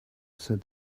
said